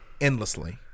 endlessly